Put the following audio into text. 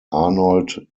arnold